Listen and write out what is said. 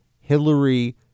Hillary